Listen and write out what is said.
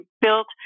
built